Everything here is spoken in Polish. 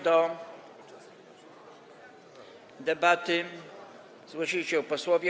Do debaty zgłosili się posłowie.